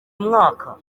mwaka